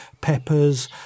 peppers